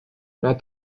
not